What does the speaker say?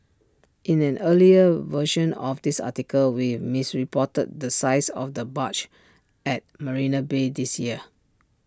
in an earlier version of this article we misreported the size of the barge at marina bay this year